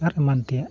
ᱟᱨ ᱮᱢᱟᱱ ᱛᱮᱭᱟᱜ